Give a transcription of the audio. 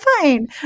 fine